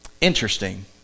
Interesting